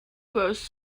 grows